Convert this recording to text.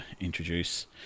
introduce